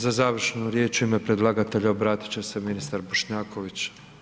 Za završnu riječ u ime predlagatelja obratit će se ministar Bošnjaković.